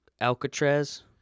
Alcatraz